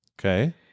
Okay